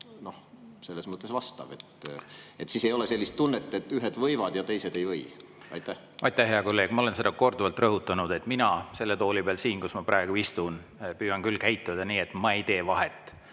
vastu peegelduv vastav. Siis ei ole sellist tunnet, et ühed võivad ja teised ei või. Aitäh, hea kolleeg! Ma olen seda korduvalt rõhutanud, et mina selle tooli peal siin, kus ma praegu istun, püüan küll käituda nii, et ma ei tee vahet